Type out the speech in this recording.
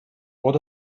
what